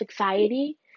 anxiety